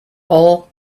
all